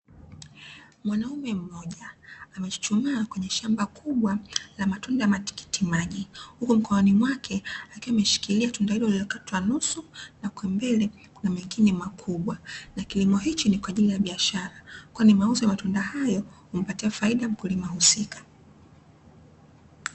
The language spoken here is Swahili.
Mwanaume mmoja amechuchumaa kwenye shamba kubwa la matunda ya tikiti maji, huku mkononi mwake akiwa ameshikilia tunda hilo lililokatwa nusu na kwa mbele kuna mengine makubwa, na kilimo hiki ni kwa ajili ya biashara kwani mauzo ya matunda hayo humpatia faida mkulima husika.